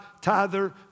tither